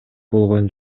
болгон